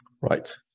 right